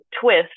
twist